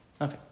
Okay